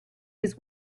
his